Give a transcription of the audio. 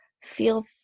feel